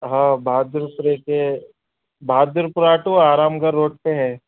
ہاں بہادر پورے کے Bahadurpura to Aramghar road پہ ہے